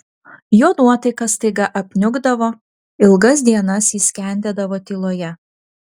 jo nuotaika staiga apniukdavo ilgas dienas jis skendėdavo tyloje